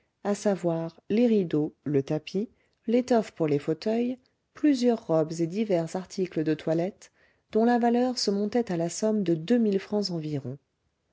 à savoir les rideaux le tapis l'étoffe pour les fauteuils plusieurs robes et divers articles de toilette dont la valeur se montait à la somme de deux mille francs environ